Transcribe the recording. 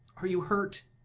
are you hurt?